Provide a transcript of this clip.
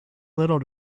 little